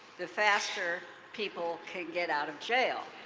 the faster people can get out of jail.